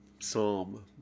Psalm